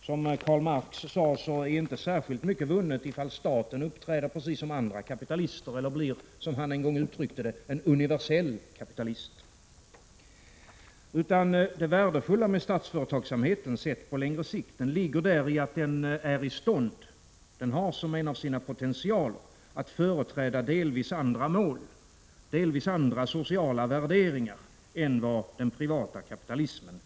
Som Karl Marx sade är inte särskilt mycket vunnet om staten uppträder precis som andra kapitalister eller, som han en gång uttryckte det, blir en universell kapitalist. Det värdefulla med statlig företagsamhet sett på längre sikt ligger i att den äristånd att företräda delvis andra mål och sociala värderingar än den privata kapitalismen.